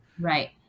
Right